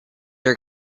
are